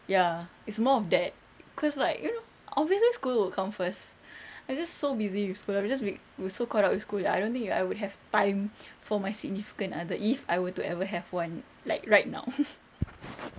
ya it's more of that cause like you know obviously school would come first I just so busy with school I'll just be so caught up with school I don't think I would have time for my significant other if I were to ever have one like right now